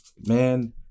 Man